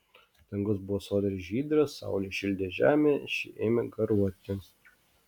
dangus buvo sodriai žydras saulė šildė žemę ši ėmė garuoti